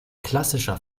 klassischer